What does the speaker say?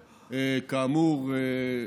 כאמור,